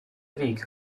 weg